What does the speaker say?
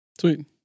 Sweet